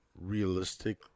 realistic